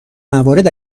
موارد